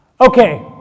Okay